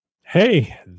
hey